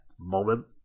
moment